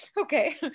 okay